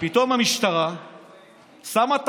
שפתאום המשטרה שמה,